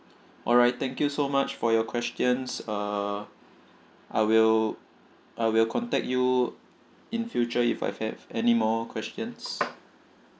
alright thank you so much for your questions err I will I will contact you in future if I have any more questions